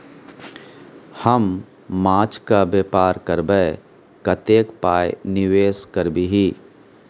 हम माछक बेपार करबै कतेक पाय निवेश करबिही?